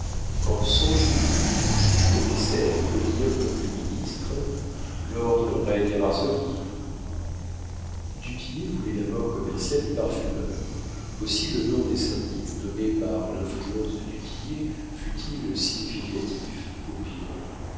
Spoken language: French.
en cent jours le juge commissaire peut dire comme le ministre l'ordre règne à varsovie du tillet voulait la mort commerciale du parfumeur aussi le nom des syndics nommés par l'influence de du tillet fut-il significatif pour pillerault